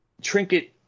trinket